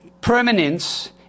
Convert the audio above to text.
permanence